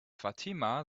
fatima